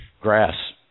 Grass